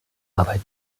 arbeit